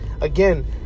again